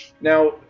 now